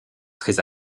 très